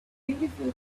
beautiful